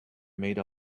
made